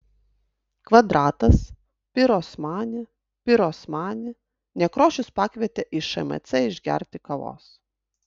kvadratas pirosmani pirosmani nekrošius pakvietė į šmc išgerti kavos